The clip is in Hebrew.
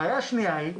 בעיה שנייה היא,